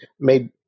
made